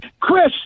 Chris